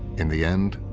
in the end,